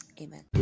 amen